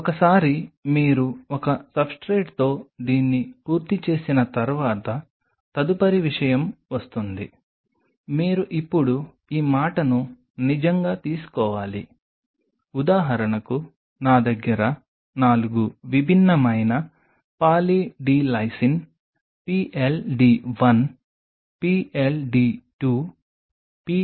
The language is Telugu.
ఒకసారి మీరు ఒక సబ్స్ట్రేట్తో దీన్ని పూర్తి చేసిన తర్వాత తదుపరి విషయం వస్తుంది మీరు ఇప్పుడు ఈ మాటను నిజంగా తీసుకోవాలి ఉదాహరణకు నా దగ్గర 4 విభిన్నమైన poly D lysine PLD1 PLD2 PLD3 PLD4 ఉంది